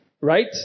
Right